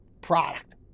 Product